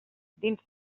dins